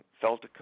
felt